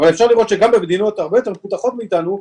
אבל אפשר לראות שגם במדינות הרבה יותר מפותחות מאתנו,